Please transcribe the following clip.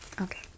Okay